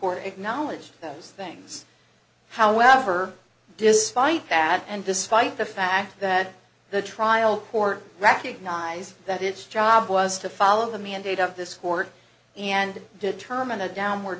court acknowledge those things however despite that and despite the fact that the trial court recognized that its job was to follow the mandate of this court and determine a downward